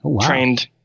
trained